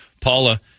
Paula